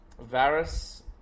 Varys